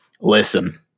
listen